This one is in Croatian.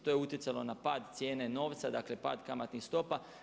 To je utjecalo na pad cijene novca, dakle pad kamatnih stopa.